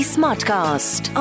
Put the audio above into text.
Smartcast